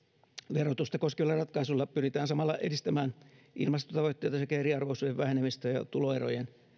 verotusta koskevilla ratkaisuilla pyritään samalla edistämään ilmastotavoitteita sekä eriarvoisuuden vähenemistä ja ja tuloerojen